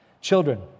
Children